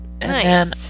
Nice